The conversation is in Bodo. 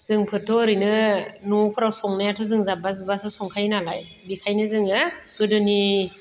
जोंफोरथ' ओरैनो न'फोराव संनायावथ' जों जाब्बा जुब्बासो संखायो नालाय बेखायनो जोङो गोदोनि